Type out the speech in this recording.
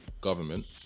government